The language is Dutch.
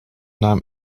naam